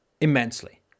immensely